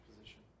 position